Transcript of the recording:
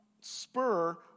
spur